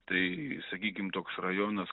tai sakykim toks rajonas